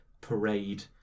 parade